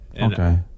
Okay